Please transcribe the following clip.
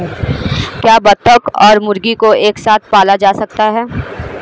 क्या बत्तख और मुर्गी को एक साथ पाला जा सकता है?